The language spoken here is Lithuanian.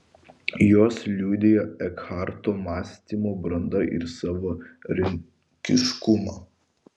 jos liudija ekharto mąstymo brandą ir savarankiškumą